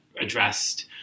addressed